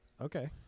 Okay